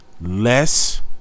less